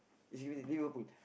it's Liverpool